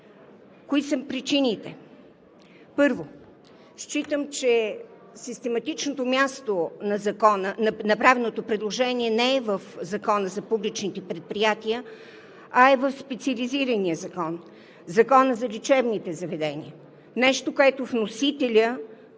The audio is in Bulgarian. Кои са ми причините? Първо, считам, че систематичното място на направеното предложение не е в Закона за публичните предприятия, а е в специализирания закон – Законът за лечебните заведения. Нещо, което вносителят